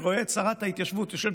אני רואה את שרת ההתיישבות יושבת